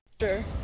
Sure